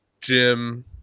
Jim